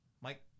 Mike